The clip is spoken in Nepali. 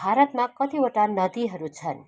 भारतमा कतिवटा नदीहरू छन्